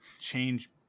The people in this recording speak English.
change